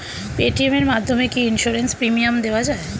Paytm এর মাধ্যমে কি ইন্সুরেন্স প্রিমিয়াম দেওয়া যায়?